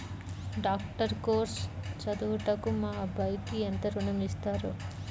Doctor course చదువుటకు మా అబ్బాయికి ఎంత ఋణం ఇస్తారు?